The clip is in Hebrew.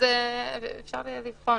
אפשר לבחון.